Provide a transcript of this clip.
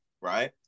right